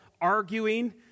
arguing